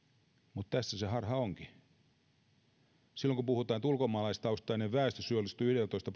mutta tässä se harha onkin silloin kun puhutaan että ulkomaalaistaustainen väestö syyllistyy yhteentoista